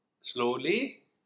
Slowly